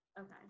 Okay